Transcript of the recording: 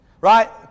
Right